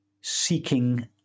seeking